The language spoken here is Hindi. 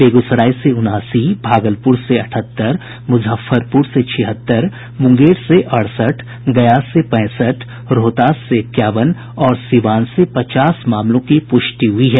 बेगूसराय से उनासी भागलपुर से अठहत्तर मुजफ्फरपुर से छिहत्तर मुंगेर से अड़सठ गया से पैंसठ रोहतास से इकयावन और सीवान से पचास मामलों की पुष्टि हुई है